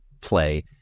play